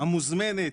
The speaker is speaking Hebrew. המוזמנת,